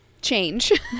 Change